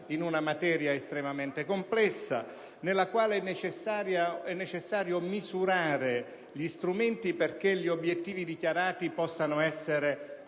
in una materia estremamente complessa, nella quale è necessario misurare gli strumenti perché gli obiettivi dichiarati possano essere